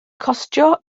costio